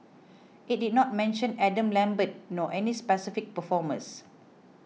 it did not mention Adam Lambert nor any specific performers